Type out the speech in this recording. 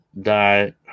Die